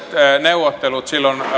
neuvottelut silloin